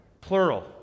plural